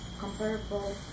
comparable